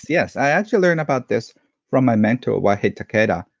yes. i actually learned about this from my mentor, wahei takeda,